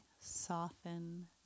soften